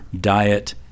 diet